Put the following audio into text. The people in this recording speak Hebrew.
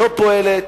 לא פועלת,